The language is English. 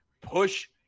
push